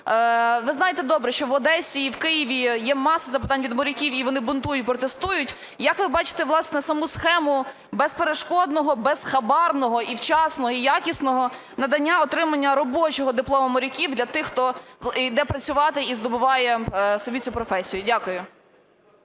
ви знаєте добре, що і в Одесі, і в Києві є маса запитань від моряків, і вони бунтують, і протестують. Як ви бачите, власне, саму схему безперешкодного, безхабарного, і вчасного, і якісного надання (отримання) робочого диплому моряків для тих хто йде працювати і здобуває собі цю професію? Дякую.